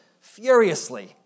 furiously